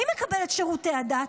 מי מקבל את שירותי הדת?